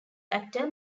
actor